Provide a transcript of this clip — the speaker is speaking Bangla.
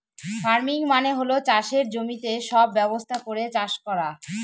ফার্মিং মানে হল চাষের জমিতে সব ব্যবস্থা করে চাষ করা